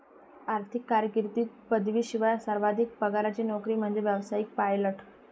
आर्थिक कारकीर्दीत पदवीशिवाय सर्वाधिक पगाराची नोकरी म्हणजे व्यावसायिक पायलट